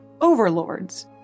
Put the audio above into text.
overlords